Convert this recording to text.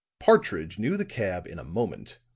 partridge knew the cab in a moment.